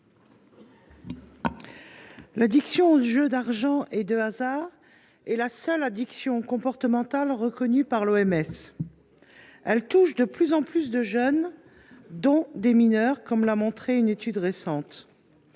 L’addiction aux jeux d’argent et de hasard est la seule addiction comportementale reconnue par l’OMS. Elle touche de plus en plus de jeunes, dont des mineurs, comme l’a montré une étude récente.